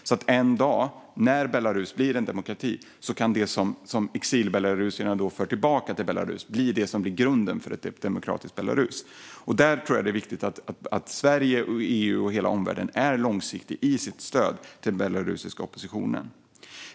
När Belarus en dag blir en demokrati kan då det som exilbelarusierna för tillbaka till Belarus bli grunden för ett demokratiskt Belarus. Därför är det viktigt att Sverige, EU och hela omvärlden är långsiktiga i sitt stöd till den belarusiska oppositionen. Fru talman!